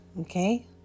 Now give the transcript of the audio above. okay